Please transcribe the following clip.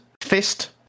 Fist